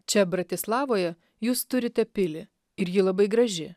čia bratislavoje jūs turite pilį ir ji labai graži